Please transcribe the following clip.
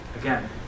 again